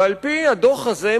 ועל-פי הדוח הזה,